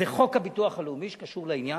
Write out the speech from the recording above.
זה חוק הביטוח הלאומי שקשור לעניין,